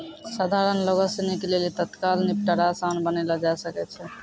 सधारण लोगो सिनी के लेली तत्काल निपटारा असान बनैलो जाय सकै छै